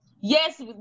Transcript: Yes